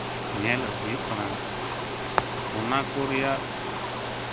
ᱧᱮᱞ ᱦᱩᱭᱩᱜ ᱠᱟᱱᱟ ᱚᱱᱟ ᱠᱚ ᱨᱮᱭᱟᱜ